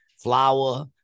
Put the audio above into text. flour